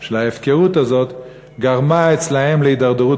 של ההפקרות הזאת גרמה אצלם להידרדרות